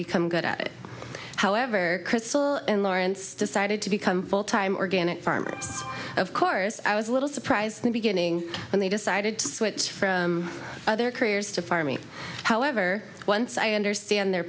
become good at it however krystle and lawrence decided to become full time organic farmers of course i was a little surprised when beginning when they decided to switch from other careers to farming however once i understand their